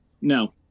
no